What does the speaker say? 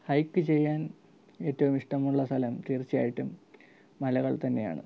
hike ചെയ്യാൻ ഏറ്റവും ഇഷ്ടമുള്ള സ്ഥലം തീർച്ചയായിട്ടും മലകൾ തന്നെയാണ്